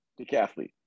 decathlete